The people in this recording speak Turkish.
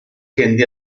kendi